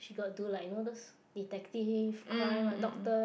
she got to like you know those detective crime doctor